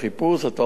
אתה אומר בלי צו,